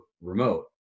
remote